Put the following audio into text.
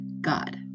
God